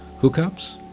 Hookups